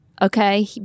Okay